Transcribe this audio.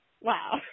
wow